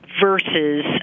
versus